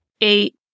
eight